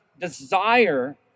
desire